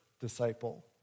disciple